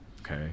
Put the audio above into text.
Okay